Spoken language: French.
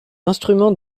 instruments